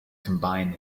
combine